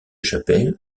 chapelle